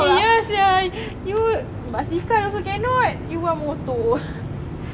ya sia you basikal also cannot you want motor